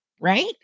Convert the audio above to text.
Right